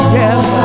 yes